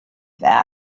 that